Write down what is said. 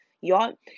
Y'all